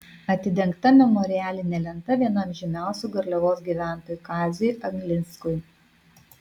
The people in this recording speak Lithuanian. atidengta memorialinė lenta vienam žymiausių garliavos gyventojų kaziui aglinskui